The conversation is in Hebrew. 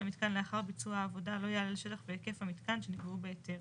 המיתקן לאחר ביצוע העבודה לא יעלה על שטח והיקף המיתקן שנקבעו בהיתר,